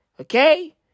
Okay